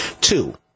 Two